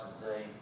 today